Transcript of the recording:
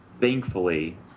thankfully